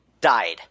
died